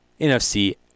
NFC